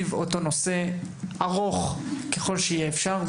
ארוך ככל שיתאפשר,